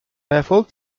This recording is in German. erfolg